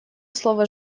слово